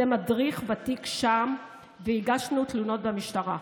זה מדריך ותיק שם, והגשנו תלונות במשטרה".